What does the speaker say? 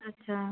अच्छा